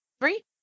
three